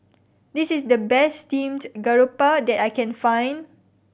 this is the best steamed garoupa that I can find